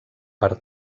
per